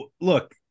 look